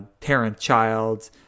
parent-child